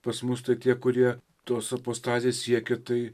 pas mus tai tie kurie tos apostazės siekė tai